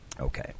Okay